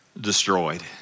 destroyed